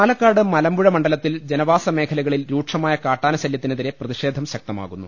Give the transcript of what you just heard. പാലക്കാട് മലമ്പുഴ മണ്ഡലത്തിൽ ജനവാസമേഖലകളിൽ രൂക്ഷമായ കാട്ടാന ശല്യത്തിനെതിരെ പ്രതിഷേധം ശക്തമാകുന്നു